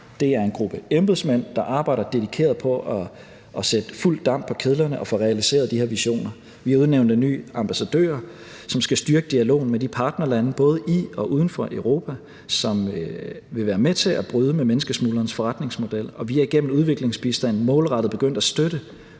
Det er en gruppe embedsmænd, der arbejder dedikeret på at sætte fuld damp på kedlerne og få realiseret de her visioner. Vi har udnævnt en ny ambassadør, som skal styrke dialogen med de partnerlande både i og uden for Europa, som vil være med til at bryde med menneskesmuglernes forretningsmodel. Og vi er igennem udviklingsbistand målrettet begyndt at støtte